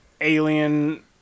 alien